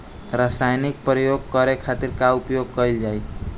रसायनिक प्रयोग करे खातिर का उपयोग कईल जाइ?